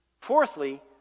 Fourthly